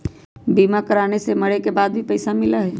बीमा कराने से मरे के बाद भी पईसा मिलहई?